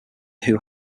who